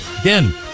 again